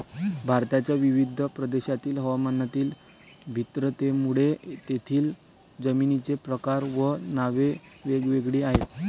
भारताच्या विविध प्रदेशांतील हवामानातील भिन्नतेमुळे तेथील जमिनींचे प्रकार व नावे वेगवेगळी आहेत